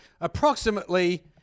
approximately